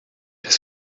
das